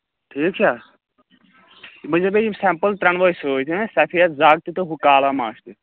ٹھیٖک چھا بہٕ نِمہٕ بیٚیہِ یِم سٮ۪مپٕل ترٛٮ۪نوَے سۭتۍ ہہ سَفید زگ تہِ تہٕ ہُہ کالا ماچھِ تہِ